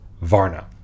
Varna